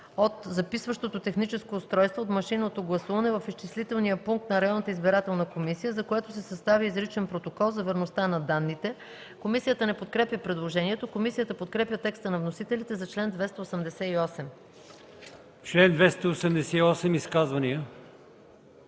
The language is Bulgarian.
от записващото техническо устройство от машинното гласуване в изчислителния пункт на районната избирателна комисия, за което се съставя изричен протокол за верността на данните.” Комисията не подкрепя предложението. Комисията подкрепя текста на вносителите за чл. 288.